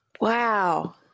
Wow